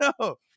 No